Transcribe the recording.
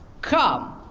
come